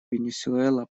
венесуэла